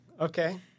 okay